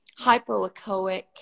hypoechoic